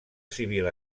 civil